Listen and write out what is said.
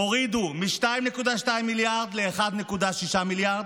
הורידו מ-2.2 מיליארד ל-1.6 מיליארד,